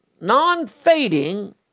non-fading